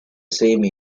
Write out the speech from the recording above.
same